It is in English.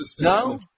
No